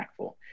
impactful